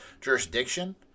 jurisdiction